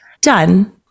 done